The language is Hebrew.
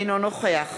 אינו נוכח